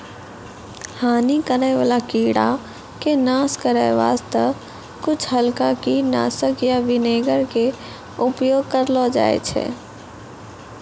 हानि करै वाला कीड़ा के नाश करै वास्तॅ कुछ हल्का कीटनाशक या विनेगर के उपयोग करलो जाय छै